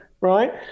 right